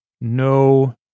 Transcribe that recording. No